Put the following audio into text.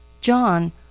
John